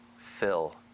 fill